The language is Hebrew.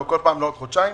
ובכל פעם לעוד חודשיים.